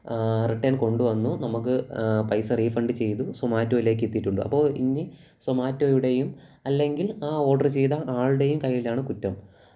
return കൊണ്ടുവന്നു നമുക്ക് പൈസ റീഫണ്ട് ചെയ്തു സൊമാറ്റോയിലേക്ക് എത്തിയിട്ടുണ്ട് അപ്പോൾ ഇനി സൊമാറ്റോയുടെയും അല്ലെങ്കിൽ ആ ഓഡർ ചെയ്ത ആളുടെയും കൈയ്യിലാണ് കുറ്റം